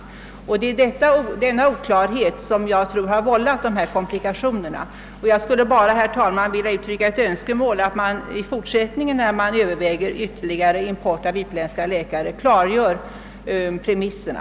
Jag tror alltså att det är denna oklarhet som har vållat komplikationerna, och jag skulle vilja uttrycka önskemålet att man i fortsättningen, när man överväger ytterligare import av utländska läkare, klargör premisserna.